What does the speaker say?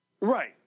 Right